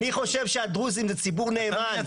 אני חושב שהדרוזים זה ציבור נאמן,